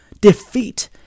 defeat